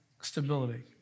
stability